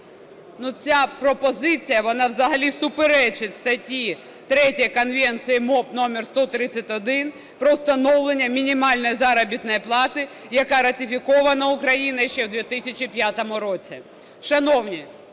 Ця пропозиція, вона взагалі суперечить статті 3 Конвенції МОП № 131 про встановлення мінімальної заробітної плати, яка ратифікована Україною ще в 2005 році.